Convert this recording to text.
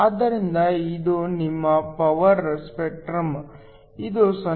ಆದ್ದರಿಂದ ಇದು ನಿಮ್ಮ ಪವರ್ ಸ್ಪೆಕ್ಟ್ರಮ್ ಇದು 0